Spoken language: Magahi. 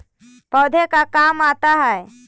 पौधे का काम आता है?